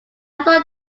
thought